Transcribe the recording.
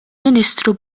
ministru